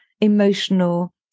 emotional